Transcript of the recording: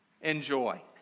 enjoy